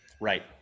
Right